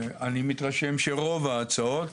אני מתרשם שלגבי רוב ההצעות